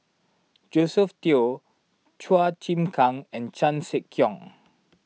Josephine Teo Chua Chim Kang and Chan Sek Keong